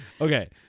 Okay